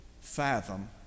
fathom